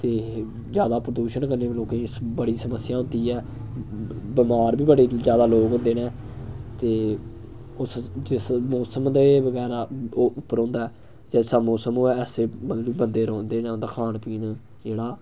ते जैदा प्रदूशन कन्नै लोकें गी बड़ी समस्या होंदी ऐ बमार बी बड़े जैदा लोक होंदे न ते जिस मोसम दे बगैरा दे उप्पर होंदा ऐ जैसा मोसम होऐ ऐसा मतलब कि बंदे रौंह्दे न उं'दा खान पीन जेह्ड़ा